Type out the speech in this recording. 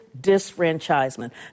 disfranchisement